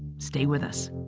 stay with us